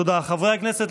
חברי הכנסת,